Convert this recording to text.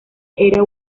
era